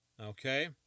Okay